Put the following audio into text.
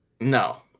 No